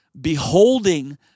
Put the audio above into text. beholding